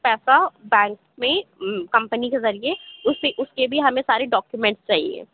پیسہ بینک میں کمپنی کے ذریعے اُسے اُس کے بھی ہمیں سارے ڈاکیومینٹس چاہیے